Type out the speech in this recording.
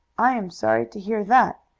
i am sorry to hear that,